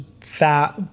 fat